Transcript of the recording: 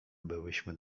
byłyśmy